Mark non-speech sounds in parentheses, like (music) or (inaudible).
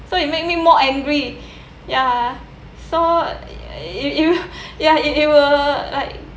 so it make me more angry (breath) ya so you you will (breath) ya you you will like